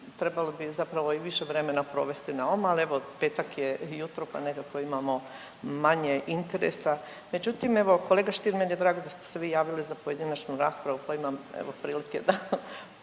trebalo bi zapravo i više vremena provesti na ovom, ali evo petak je jutro, pa nekako imamo manje interesa. Međutim, evo kolega Stier meni je drago da ste se vi javili za pojedinačnu raspravu, pa imam evo prilike da